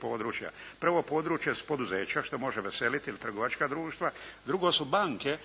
područja. Prvo područje su poduzeća što može veseliti ili trgovačka društva, drugo su banke